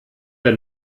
der